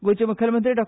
गोंयचे मुखेलमंत्री डॉ